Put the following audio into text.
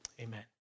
Amen